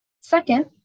Second